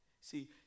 See